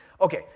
Okay